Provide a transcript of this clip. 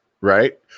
right